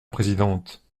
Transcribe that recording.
présidente